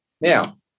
Now